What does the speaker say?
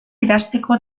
idazteko